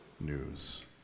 news